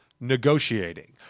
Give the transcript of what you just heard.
negotiating